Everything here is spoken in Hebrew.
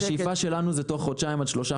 השאיפה שלנו היא תוך חודשיים-שלושה.